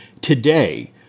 Today